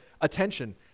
attention